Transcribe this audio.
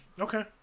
Okay